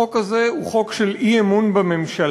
החוק הזה הוא חוק של אי-אמון בממשלה,